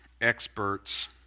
experts